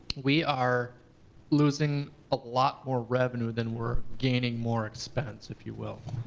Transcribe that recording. we are losing a lot more revenue than we're gaining more expense, if you will.